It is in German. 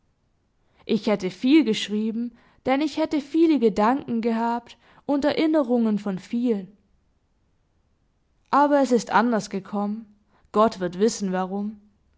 ich hätte viel geschrieben denn ich hätte viele gedanken gehabt und erinnerungen von vielen aber es ist anders gekommen gott wird wissen warum